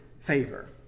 favor